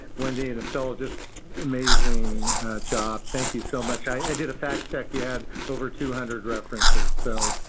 wendy and estella, just amazing job. thank you so much. i did a fact check. you had over two hundred references. so,